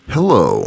Hello